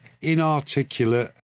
inarticulate